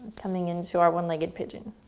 coming into our one legged pigeon.